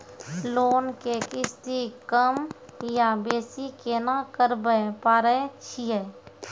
Loan के किस्ती कम या बेसी केना करबै पारे छियै?